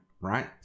right